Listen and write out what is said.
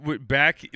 back